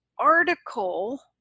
article